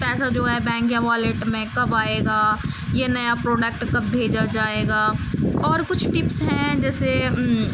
پیسہ جو ہے بینک یا والیٹ میں کب آئے گا یا نیا پروڈکٹ کب بھیجا جائے گا اور کچھ ٹپس ہیں جیسے